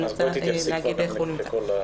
אז תתייחס לכל זה.